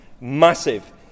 massive